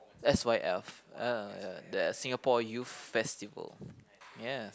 s_y_f ah ya the Singapore Youth Festival yeah